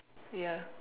ya